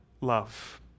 love